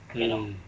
mm